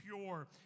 pure